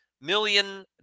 million